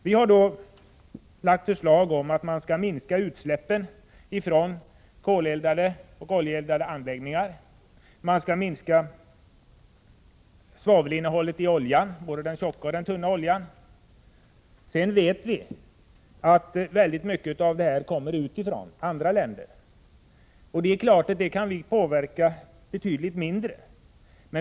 Vi för vår del har då föreslagit att man skall minska utsläppen från koleldade och oljeeldade anläggningar. Man skall minska svavelinnehållet i oljan, både den tjocka oljan och den tunna oljan. Vi vet att väldigt mycket av dessa föroreningar kommer utifrån — från andra länder. Detta kan vi naturligtvis påverka i betydligt mindre utsträckning.